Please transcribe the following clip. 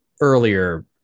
earlier